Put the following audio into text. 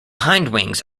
hindwings